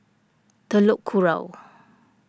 Telok Kurau